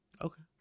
okay